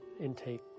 intake